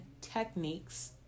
techniques